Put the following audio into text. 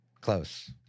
close